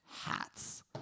hats